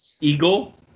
Eagle